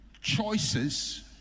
choices